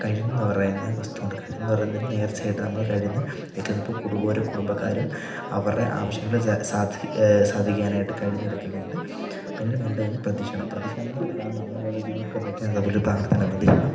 കഴിന്ന് പറയുന്ന വസ്തുവുണ്ട് കഴിന്ന് പറയുന്നൊരു നേർച്ചയായിട്ട് നമ്മൾ കഴിന്ന് എടുക്കുന്നപ്പോൾ കുടുംബക്കാരും അവരുടെ ആവശ്യങ്ങൾ സാധിക്കാനായിട്ട് കഴിന്നെടുക്കുന്നുണ്ട് പിന്നെ പറഞ്ഞ് പ്രദിക്ഷിണം പ്രദിക്ഷിണം നോക്കി നമ്മളവിടെ ഇത് കൃതജ്ഞതപോലെ പ്രാർത്ഥന പ്രദിക്ഷിണം